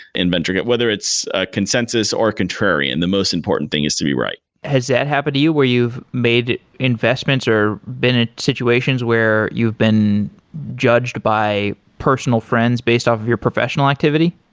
and venturing it. whether it's ah consensus or contrary, and the most important thing is to be right. has that happened to you where you've made investments or been at situations where you've been judged by personal friends based off your professional activity?